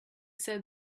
said